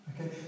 Okay